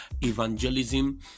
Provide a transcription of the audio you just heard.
evangelism